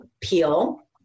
peel